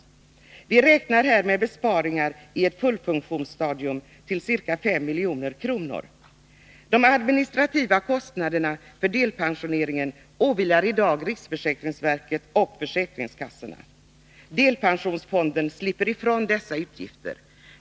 Vi räknar här med besparingar i ett fullfunktionsstadium på ca 5 milj.kr. De administrativa kostnaderna för delpensioneringen åvilar i dag riksförsäkringsverket och försäkringskassorna. Delpensionsfonden slipper ifrån dessa utgifter.